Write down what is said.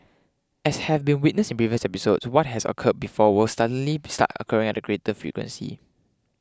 as have been witnessed in previous episodes what has occurred before will suddenly start occurring at a greater frequency